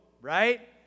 right